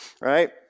Right